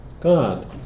God